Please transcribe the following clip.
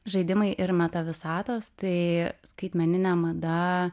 žaidimai ir meta visatos tai skaitmeninė mada